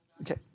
Okay